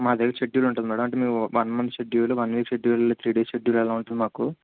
మా దగ్గర షెడ్యూల్ ఉంటుంది మేడం అంటే మేము one month schedule one week schedule three days schedule అలా ఉంటుంది మాకు